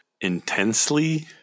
intensely